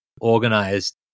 organized